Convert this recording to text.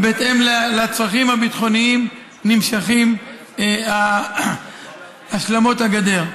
ובהתאם לצרכים הביטחוניים נמשכות השלמות הגדר.